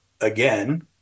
again